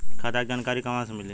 खाता के जानकारी कहवा से मिली?